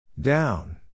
Down